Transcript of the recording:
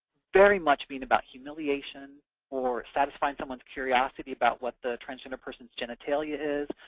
very much being about humiliation or satisfying someone's curiosity about what the transgender person's genitalia is,